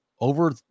over